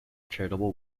charitable